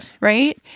Right